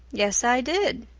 yes, i did,